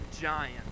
giant